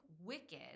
wicked